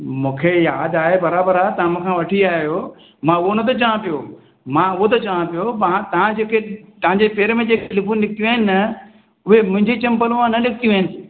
मूंखे यादि आहे बराबरि आहे तव्हां मूंखा वठी विया आहियो मां उहा नथो चवा पियो मां उहा थो चवां पियो तव्हां जेके तव्हां जे पेर में जेके लिपियूं निकतियूं आहिनि न उहो ई मुंहिंजी चंपल मां न निकतियूं आहिनि